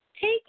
Take